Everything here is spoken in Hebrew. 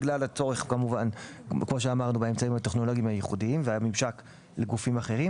בגלל הצורך באמצעים הטכנולוגיים הייחודיים והממשק לגופים אחרים.